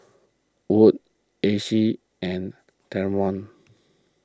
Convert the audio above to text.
Wood Acey and Dameon